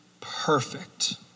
perfect